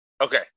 okay